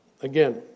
Again